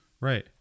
right